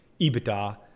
EBITDA